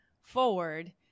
forward